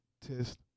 test